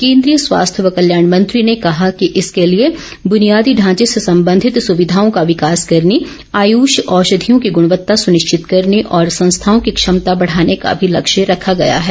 केंद्रीय स्वास्थ्य व कल्याण मंत्री ने कहा कि इसके लिए बुनियादी ढांचे से संबंधित सुविधाओं का विकास करने आयुष औषधियों की गुणवत्ता सुनिश्चित करने और संस्थाओं की क्षमता बढाने का भी लक्ष्य रखा गया है